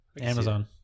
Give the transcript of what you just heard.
Amazon